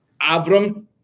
Avram